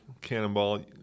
cannonball –